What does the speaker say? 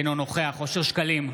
אינו נוכח אושר שקלים,